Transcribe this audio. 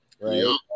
right